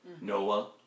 Noah